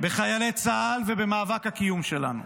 בחיילי צה"ל ובמאבק הקיום שלנו.